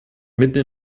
mitten